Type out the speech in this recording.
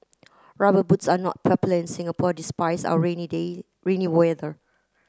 rubber boots are not popular in Singapore despite our rainy day rainy weather